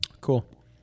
Cool